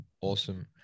awesome